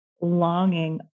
longing